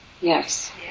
Yes